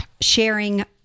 sharing